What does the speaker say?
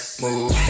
move